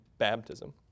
baptism